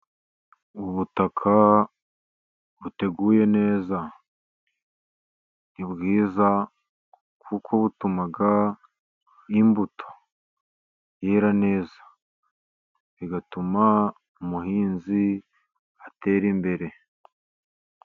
Ubutaka buteguye neza ni bwiza, kuko butuma imbuto yera neza, bigatuma umuhinzi atera imbere.